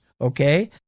Okay